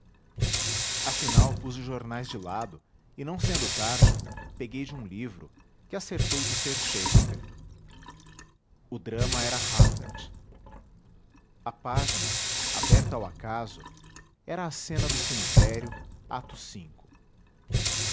pus os jornais de lado e não sendo tarde peguei de um livro que acertou de ser shakespeare o drama era hamlet a página aberta ao acaso era a cena do